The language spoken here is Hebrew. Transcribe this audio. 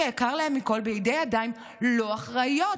היקר להם מכול בידי ידיים לא אחראיות,